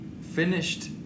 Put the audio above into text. finished